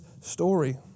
story